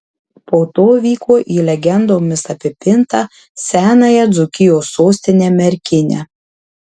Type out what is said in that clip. po to vyko į legendomis apipintą senąją dzūkijos sostinę merkinę